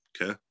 okay